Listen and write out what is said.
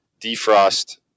defrost